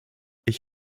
ich